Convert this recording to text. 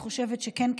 לכן, אני חושבת שכדאי